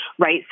right